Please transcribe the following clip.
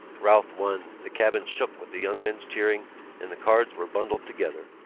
routh won. the cabin shook with the young men's cheering and the cards were bundled together.